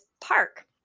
park